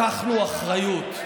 לקחנו אחריות.